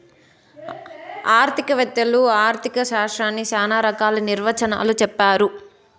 ఆర్థిక వేత్తలు ఆర్ధిక శాస్త్రాన్ని శ్యానా రకాల నిర్వచనాలు చెప్పారు